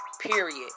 period